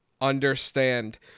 understand